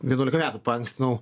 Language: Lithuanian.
vienuolika metų paankstinau